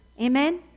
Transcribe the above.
Amen